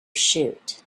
shoot